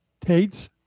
tates